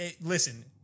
listen